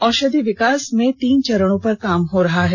औषधि विकास में तीन चरणों पर काम हो रहा है